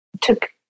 took